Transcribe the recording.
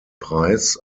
preis